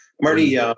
Marty